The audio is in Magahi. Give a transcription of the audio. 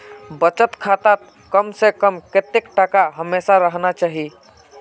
बचत खातात कम से कम कतेक टका हमेशा रहना चही?